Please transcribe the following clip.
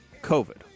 COVID